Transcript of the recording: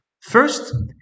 First